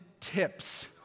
tips